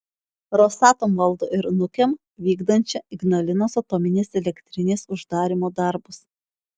rosatom valdo ir nukem vykdančią ignalinos atominės elektrinės uždarymo darbus